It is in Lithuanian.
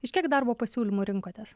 iš kiek darbo pasiūlymų rinkotės